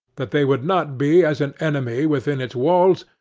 that they would not be as an enemy within its walls,